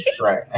Right